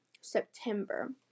September